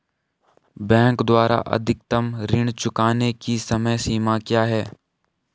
Bank द्वारा अधिकतम ऋण चुकाने की समय सीमा क्या है?